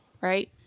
Right